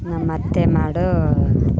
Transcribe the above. ನಮ್ಮಅತ್ತೆ ಮಾಡೋ